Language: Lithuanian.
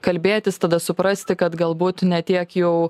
kalbėtis tada suprasti kad galbūt ne tiek jau